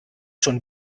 schon